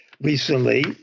recently